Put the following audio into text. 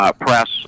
Press